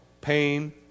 pain